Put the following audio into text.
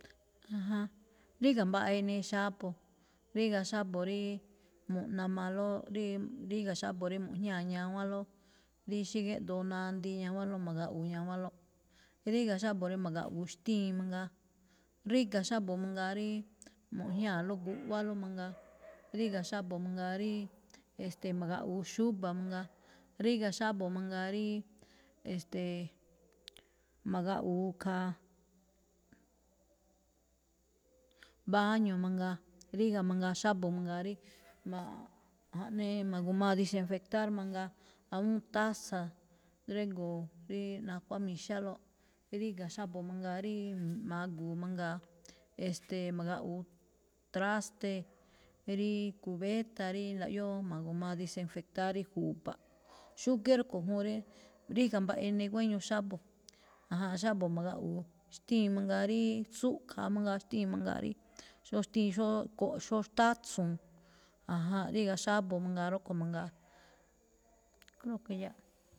Ríga̱ mbaꞌa inii xábo̱. Ríga̱ xábo̱ ríí mu̱ꞌnamalóꞌ, ríí ríga̱ xábo̱ rí mu̱jñáa ñawánló, rí xí géꞌdoo nandii ñawánlóꞌ ma̱gaꞌwu̱u ñawánlóꞌ. Ríga̱ xábo̱ rí ma̱gaꞌwu̱u xtíin mangaa. Ríga̱ xábo̱ mangaa rí mu̱jñáaló guꞌwáló mangaa. ríga̱ xábo̱ mangaa ríí, e̱ste̱e̱, ma̱gaꞌwu̱u xúba̱ mangaa. ríga̱ xábo̱ mangaa ríí, e̱ste̱e̱, ma̱gaꞌwu̱u khaa. Baño mangaa. Ríga̱ mangaa xábo̱ mangaa rí mo̱o̱-jaꞌnii ma̱gu̱maaꞌ desinfectar mangaa awúun taza drégo̱o̱ rí nakuámi̱xálóꞌ. Ríga̱ xábo̱ mangaa rí magu̱u̱ mangaa, e̱ste̱e̱, ma̱gaꞌwu̱u traste, ríí cubeta rí ndaꞌyóo ma̱gu̱maa desinfectar rí ju̱ba̱ꞌ. xúgíí rúꞌkho̱ juun rí, ríga̱ mbaꞌai inii guéño xábo̱, aján. Xábo̱ ma̱gaꞌwu̱u xtíin mangaa rí tsúꞌkhaa mangaa xtíin mangaa rí xóo xtíin xóo ko̱ꞌ-xtátso̱n, jajánꞌ. Ríga̱ xábo̱ mangaa rúꞌkho̱ mangaa, creo que ya.